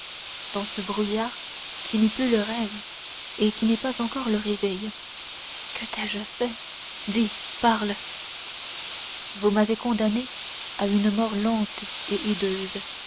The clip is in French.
dans ce brouillard qui n'est plus le rêve et qui n'est pas encore le réveil que t'ai-je fait dis parle vous m'avez condamné à une mort lente et hideuse